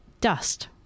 dust